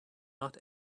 not